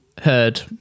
heard